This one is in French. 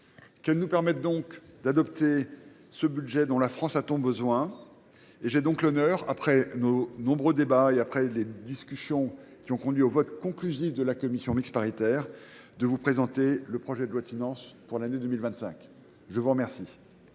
Qu’elle nous permette d’adopter le budget dont la France a tant besoin ! J’ai donc l’honneur, après nos nombreux débats et les discussions qui ont conduit au vote conclusif de la commission mixte paritaire, de vous présenter le projet de loi de finances pour l’année 2025. La parole